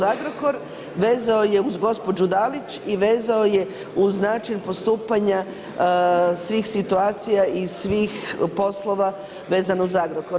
Agrokor, vezao je uz gospođu Dalić i vezano je uz način postupanja svih situacija i svih poslova vezano uz Agrokor.